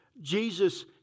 Jesus